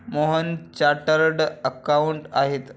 Mohan chartered accountant आहेत